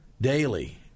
daily